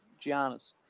Giannis